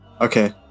Okay